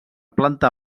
planta